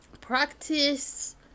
Practice